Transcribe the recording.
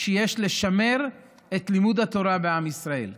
בלשמר את לימוד התורה בעם ישראל,